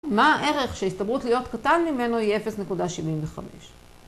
מה הערך שההסתברות להיות קטן ממנו היא 0.75?